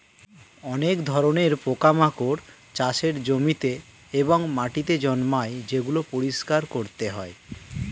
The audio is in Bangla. অনেক ধরণের পোকামাকড় চাষের জমিতে এবং মাটিতে জন্মায় যেগুলি পরিষ্কার করতে হয়